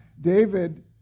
David